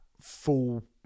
full